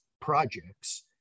projects